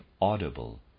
audible